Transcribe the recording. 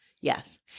Yes